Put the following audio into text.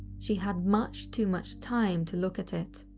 she had much too much time to look at it.